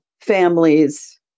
families